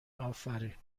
افرین